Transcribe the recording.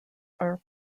are